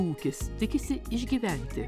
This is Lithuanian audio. ūkis tikisi išgyventi